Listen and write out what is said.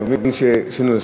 אני מבין שיש שינוי.